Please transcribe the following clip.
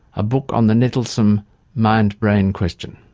a book on the nettlesome mind-brain question.